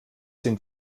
sind